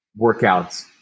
workouts